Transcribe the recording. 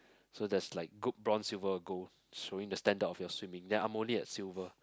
so there's like group bronze silver gold showing the standard of your swimming then I'm only at silver